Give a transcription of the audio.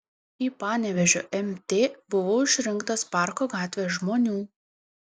į panevėžio mt buvau išrinktas parko gatvės žmonių